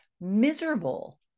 miserable